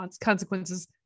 consequences